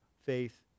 faith